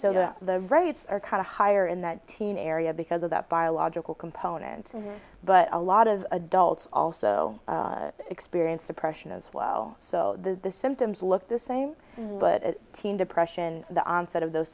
that the rates are kind of higher in that teen area because of that biological component but a lot of adults also experience depression as well so the symptoms look the same but a teen depression the onset of those